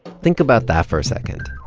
think about that for a second.